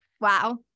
Wow